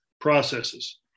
processes